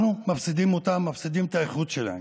אנחנו מפסידים אותם, מפסידים את האיכות שלהם.